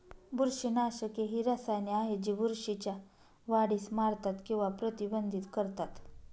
बुरशीनाशके ही रसायने आहेत जी बुरशीच्या वाढीस मारतात किंवा प्रतिबंधित करतात